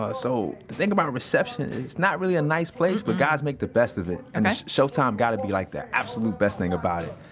ah so, the thing about reception, it's not really a nice place, but guys make the best of it, and showtime gotta be like the absolute best thing about it.